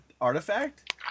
artifact